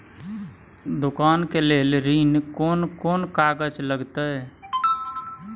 दुकान के लेल ऋण कोन कौन कागज लगतै?